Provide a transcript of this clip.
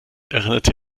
erinnerte